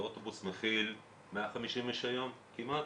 ואוטובוס מכיל 150 איש היום כמעט,